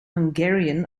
hungarian